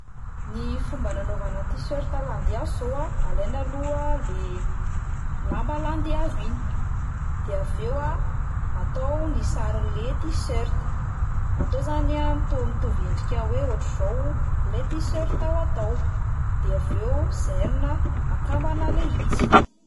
Ny fomba nanaovana tiserta landihazo a, alaina aloha le lamba landihazo iny, de avy eo a atao ny sarin'le tiserta, atao zany a atao mitovy endrika hoe ohatr'izao 'lay tiserta ho atao, de avy eo zairina akambana 'lay izy.